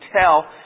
tell